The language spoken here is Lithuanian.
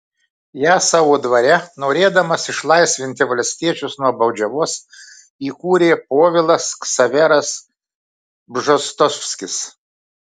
ją savo dvare norėdamas išlaisvinti valstiečius nuo baudžiavos įkūrė povilas ksaveras bžostovskis